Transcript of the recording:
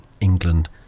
England